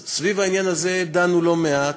סביב העניין הזה דנו לא מעט,